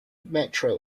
metro